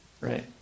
right